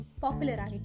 popular